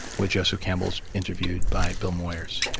where joseph campbell's interviewed by bill moyers.